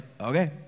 okay